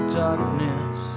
darkness